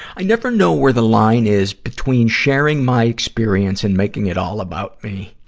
i never know where the line is between sharing my experience and making it all about me.